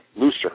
Looser